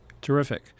Terrific